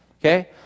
okay